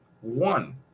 One